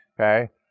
Okay